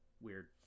Weird